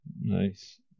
Nice